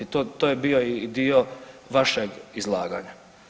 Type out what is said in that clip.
To je bio i dio vašeg izlaganja.